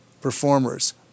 performers